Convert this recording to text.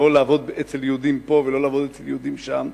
לא לעבוד אצל יהודים פה ולא לעבוד אצל יהודים שם,